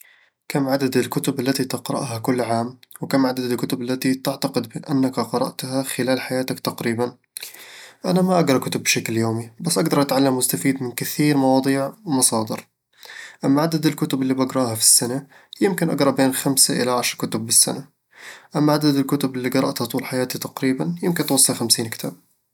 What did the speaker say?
كم عدد الكتب التي تقرأها كل عام؟ وكم عدد الكتب التي تعتقد أنك قرأتها خلال حياتك تقريبًا؟ أنا ما أقرأ كتب بشكل يومي، بس أقدر أتعلم وأستفيد من كثير مواضيع ومصادر أما عدد الكتب اللي بقرأها في السنة، يمكن اقرأ بين خمسة إلى عشرة كتب بالسنة وأما عدد الكتب اللي قرأتها طول حياتي تقريبًا، ، يمكن توصل خمسين كتاب